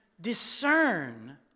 discern